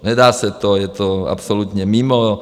Nedá se to, je to absolutně mimo.